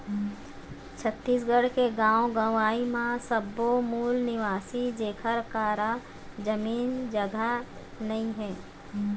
छत्तीसगढ़ के गाँव गंवई म सब्बो मूल निवासी जेखर करा जमीन जघा नइ हे